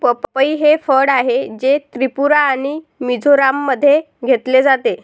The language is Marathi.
पपई हे फळ आहे, जे त्रिपुरा आणि मिझोराममध्ये घेतले जाते